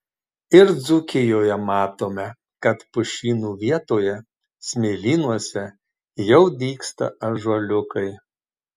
ir dzūkijoje matome kad pušynų vietoje smėlynuose jau dygsta ąžuoliukai